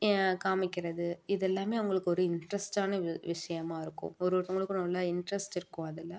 காம்மிக்கிறது இது எல்லாம் அவங்களுக்கு ஒரு இன்ட்ரஸ்ட்டான ஒரு விஷயமாருக்கும் ஒரு ஒருத்தங்களுக்கு ஒன்று ஒன்றில நல்ல இன்ட்ரஸ்ட் இருக்கும் அதில்